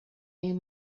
new